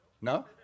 no